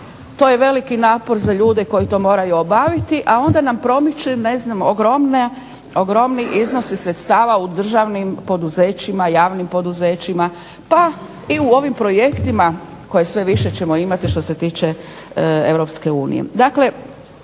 To je veliki napor za ljude koji to moraju obaviti, a onda nam promiču ne znam ogromni iznosi sredstava u državnim poduzećima, javnim poduzećima, pa i u ovim projektima koje sve više ćemo imati što se tiče Europske unije.